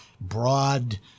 broad